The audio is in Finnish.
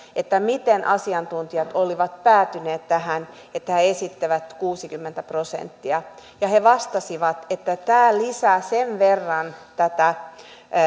miten asiantuntijat olivat päätyneet tähän että he esittävät kuuttakymmentä prosenttia he vastasivat että tämä lisää sen verran